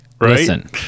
listen